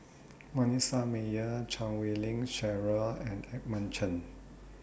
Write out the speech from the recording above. Manasseh Meyer Chan Wei Ling Cheryl and Edmund Chen